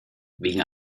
wegen